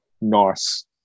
nice